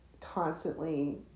constantly